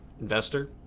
investor